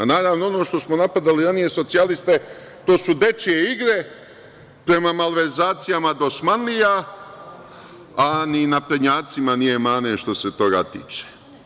Naravno, ono što smo napadali ranije socijaliste, to su dečije igre prema malverzacijama dosmanlija, a ni naprednjacima nije mane što se toga tiče.